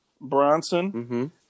Bronson